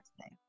today